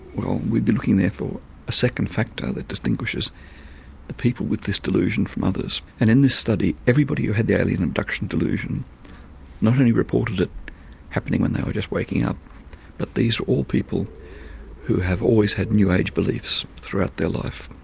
well we've been looking there for a second factor that distinguishes the people with this delusion from others. and in this study everybody who had the alien abduction delusion not only reported it happening when they were just waking up but these were all people who have always had new age beliefs throughout their life.